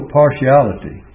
partiality